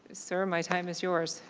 sir, my time is yours.